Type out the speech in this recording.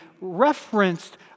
referenced